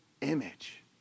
image